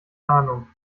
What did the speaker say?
ahnung